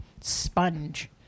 sponge